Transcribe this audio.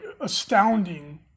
astounding